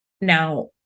Now